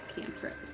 cantrip